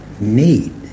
need